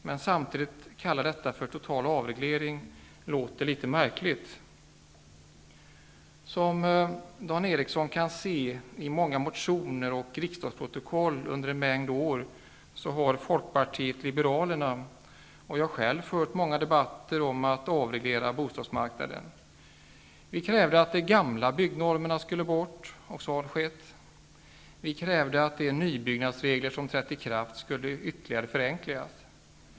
Men att samtidigt kalla detta för total avreglering låter märkligt. Som Dan Eriksson i Stockholm kan se i många motioner och riksdagsprotokoll under en mängd år, har Folkpartiet liberalerna och jag själv fört många debatter om att avreglera bostadsmarknaden. Vi krävde att de gamla byggnormerna skulle bort. Så har skett. Vi krävde att de nybyggnadsregler som trätt i kraft skulle förenklas ytterligare.